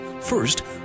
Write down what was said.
First